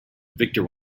victor